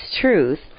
truth